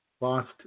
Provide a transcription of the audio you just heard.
lost